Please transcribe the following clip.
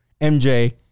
MJ